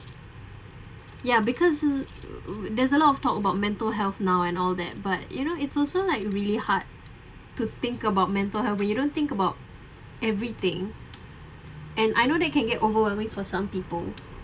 ya because uh there's a lot of talk about mental health now and all that but you know it's also like really hard to think about mental health when you don't think about everything and I know they can get overwhelming for some people